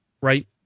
right